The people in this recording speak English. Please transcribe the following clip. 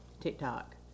TikTok